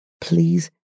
please